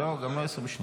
לא, גם לא 20 שניות.